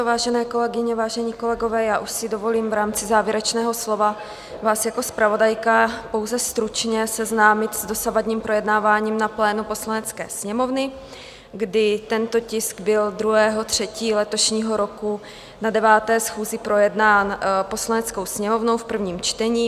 Vážené kolegyně, vážení kolegové, já už si dovolím v rámci závěrečného slova vás jako zpravodajka pouze stručně seznámit s dosavadním projednáváním na plénu Poslanecké sněmovny, kdy tento tisk byl 2. 3. letošního roku na 9. schůzi projednán Poslaneckou sněmovnou v prvním čtení.